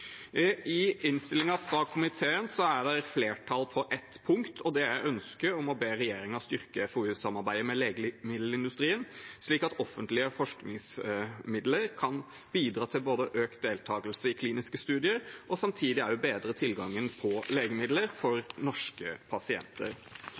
I innstillingen fra komiteen er det flertall på ett punkt, og det er ønsket om å be regjeringen styrke FoU-samarbeidet med legemiddelindustrien, slik at offentlige forskningsmidler kan bidra til både økt deltakelse i kliniske studier og samtidig bedre tilgangen på legemidler for